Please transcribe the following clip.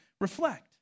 reflect